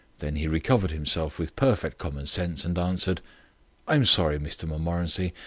then he recovered himself with perfect common sense and answered i am sorry, mr montmorency.